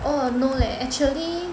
oh no leh actually